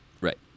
right